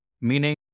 meaning